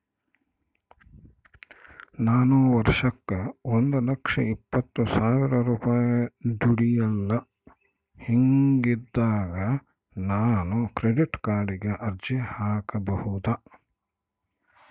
ನಾನು ವರ್ಷಕ್ಕ ಒಂದು ಲಕ್ಷ ಇಪ್ಪತ್ತು ಸಾವಿರ ರೂಪಾಯಿ ದುಡಿಯಲ್ಲ ಹಿಂಗಿದ್ದಾಗ ನಾನು ಕ್ರೆಡಿಟ್ ಕಾರ್ಡಿಗೆ ಅರ್ಜಿ ಹಾಕಬಹುದಾ?